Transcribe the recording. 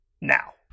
now